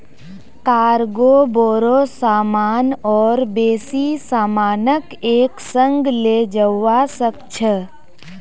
cargo बोरो सामान और बेसी सामानक एक संग ले जव्वा सक छ